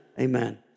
amen